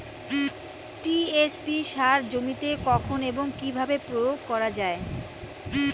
TSP সার জমিতে কখন এবং কিভাবে প্রয়োগ করা য়ায়?